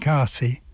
Carthy